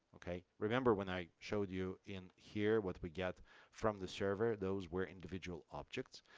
ok. remember when i showed you in here what we get from the server. those were individual objects,